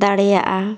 ᱫᱟᱲᱮᱭᱟᱜᱼᱟ